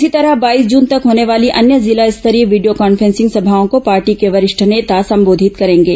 इसी तरह बाईस जन तक होने वाली अन्य जिला स्तरीय वीडियो कॉन्फ्रेंसिंग सभाओं को पार्टी के वरिष्ठ नेता संबोधित करेंगे